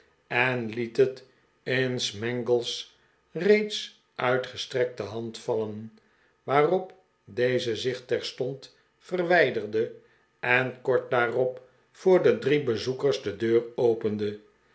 en liet het in smangle's reeds uitgestrekte hand vallen waarop deze zich terstond verwijderde en kort daarop voor de drie bezoekers de deur opende